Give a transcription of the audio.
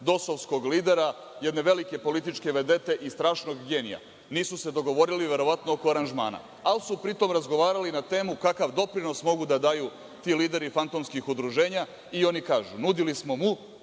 dosovskog lidera, jedne velike političke vedete i strašnog genija. Nisu se dogovorili, verovatno oko aranžmana, ali su pri tom razgovarali na temu kakav doprinos mogu da daju ti lideri fantomskih udruženja. Oni kažu – nudili smo mu